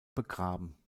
begraben